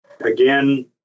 again